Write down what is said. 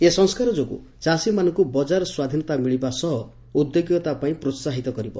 ଏ ସଂସ୍କାର ଯୋଗୁ ଚାଷୀମାନଙ୍କୁ ବଜାର ସ୍ୱାଧ୍ନତା ମିଳିବା ସହ ଉଦ୍ୟୋଗୀକତା ପାଇଁ ପ୍ରୋସାହିତ କରିବ